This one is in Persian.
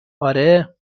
آره